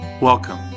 Welcome